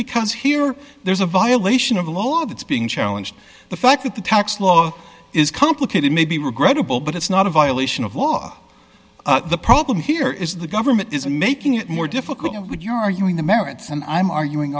because here there's a violation of the law that's being challenged the fact that the tax law is complicated may be regrettable but it's not a violation of law but the problem here is the government is making it more difficult when you're using the merits and i'm arguing